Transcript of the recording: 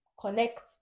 connect